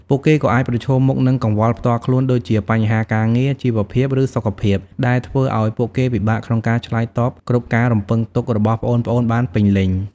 ពួកគេក៏អាចប្រឈមមុខនឹងកង្វល់ផ្ទាល់ខ្លួន ដូចជាបញ្ហាការងារ ជីវភាព ឬសុខភាព ដែលធ្វើឱ្យពួកគេពិបាកក្នុងការឆ្លើយតបគ្រប់ការរំពឹងទុករបស់ប្អូនៗបានពេញលេញ។